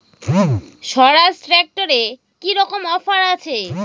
স্বরাজ ট্র্যাক্টরে কি রকম অফার আছে?